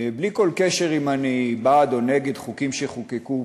בלי כל קשר אם אני בעד או נגד חוקים שחוקקו,